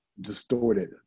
distorted